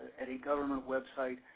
at a government website,